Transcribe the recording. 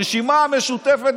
הרשימה המשותפת,